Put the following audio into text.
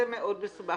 זה מאוד מסובך.